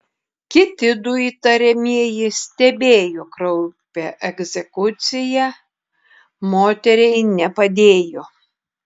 kiti du įtariamieji stebėjo kraupią egzekuciją moteriai nepadėjo